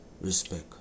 Respect